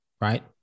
Right